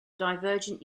divergent